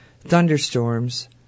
thunderstorms